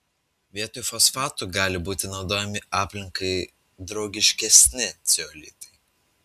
vietoj fosfatų gali būti naudojami aplinkai draugiškesni ceolitai